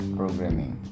programming